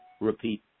repeat